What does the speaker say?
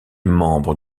membre